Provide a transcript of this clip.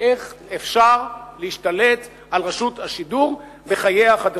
איך אפשר להשתלט על רשות השידור בחייה החדשים.